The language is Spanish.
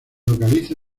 localiza